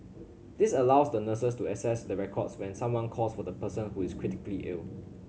this allows the nurses to access the records when someone calls for the person who is critically ill